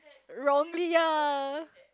wrongly ya